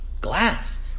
glass